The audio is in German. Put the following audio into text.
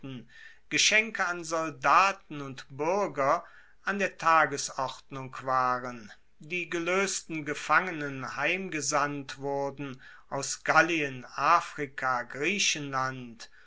geschenke an soldaten und buerger an der tagesordnung waren die geloesten gefangenen heimgesandt wurden aus gallien afrika griechenland